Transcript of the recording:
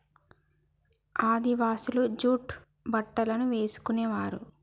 ఆదివాసులు జూట్ బట్టలను వేసుకునేవారు